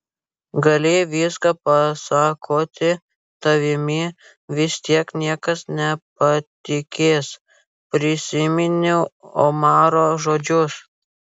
gali viską pasakoti tavimi vis tiek niekas nepatikės prisiminiau omaro žodžius